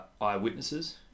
eyewitnesses